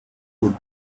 wood